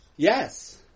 Yes